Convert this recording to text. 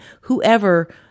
whoever